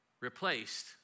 replaced